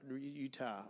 Utah